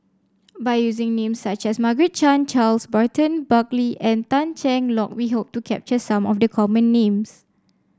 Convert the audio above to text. by using names such as Margaret Chan Charles Burton Buckley and Tan Cheng Lock we hope to capture some of the common names